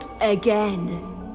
again